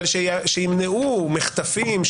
אבל שימנעו מחטפים,